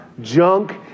junk